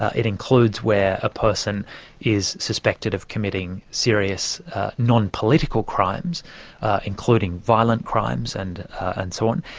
ah it includes where a person is suspected of committing serious non-political crimes including violent crimes and and so on,